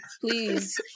Please